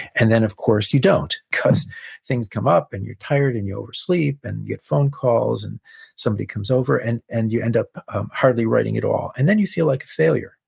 and then of course you don't, because things come up, and you're tired, and you oversleep, and you get phone calls, and somebody comes over. and and you end up hardly writing at all. and then you feel like a failure,